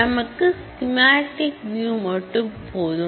நமக்கு schematic view மட்டும் போதும்